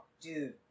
Dude